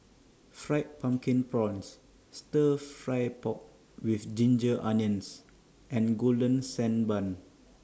Fried Pumpkin Prawns Stir Fry Pork with Ginger Onions and Golden Sand Bun